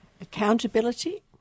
Accountability